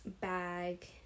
bag